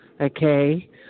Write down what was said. Okay